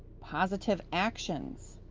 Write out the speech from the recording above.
positive actions,